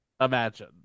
imagine